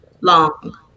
long